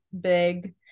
big